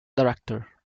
director